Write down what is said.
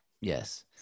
Yes